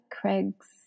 Craig's